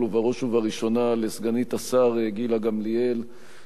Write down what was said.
ובראש ובראשונה לסגנית השר גילה גמליאל,